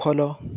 follow